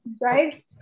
Right